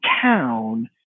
town